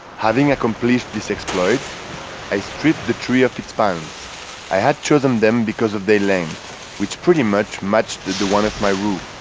having accomplished this exploit i stripped the tree of its palms i had chosen them them because of their length which pretty much matched to the one of my roof.